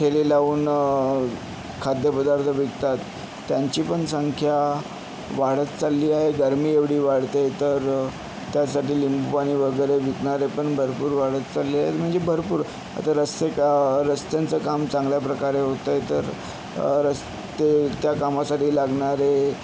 ठेले लावून खाद्यपदार्थ विकतात त्यांची पण संख्या वाढत चालली आहे गर्मी एवढी वाढते तर त्यासाठी लिंबू आणि वगैरे विकणारे पण भरपूर वाढत चालले आहेत म्हणजे भरपूर आता रस्ते का रस्त्यांचं काम चांगल्या प्रकारे होत आहे तर रस्ते त्या कामासाठी लागणारे